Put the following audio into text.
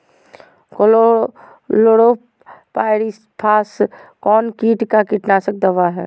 Chlorpyrifos कौन किट का कीटनाशक दवा है?